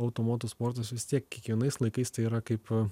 auto moto sportas vis tiek kiekvienais laikais tai yra kaip